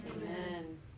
Amen